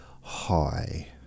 Hi